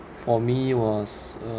for me was uh